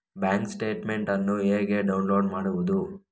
Bank statement ಅನ್ನು ಹೇಗೆ download ಮಾಡುವುದು?